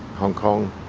hong kong,